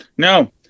No